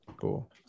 cool